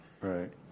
Right